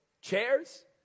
chairs